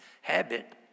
habit